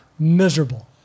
miserable